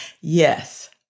Yes